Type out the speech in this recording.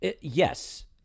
Yes